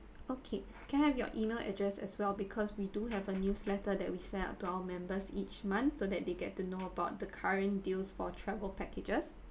okay can I have your email address as well because we do have a newsletter that we send out to our members each month so that they get to know about the current deals for travel packages